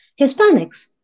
Hispanics